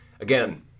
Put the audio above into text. Again